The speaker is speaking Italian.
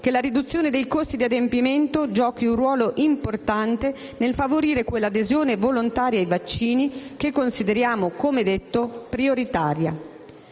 che la riduzione dei costi di adempimento giochi un ruolo importante nel favorire quell'adesione volontaria ai vaccini che consideriamo, come detto, prioritaria.